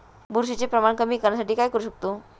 बुरशीचे प्रमाण कमी करण्यासाठी काय करू शकतो?